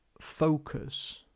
focus